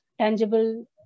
tangible